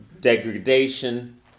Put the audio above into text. degradation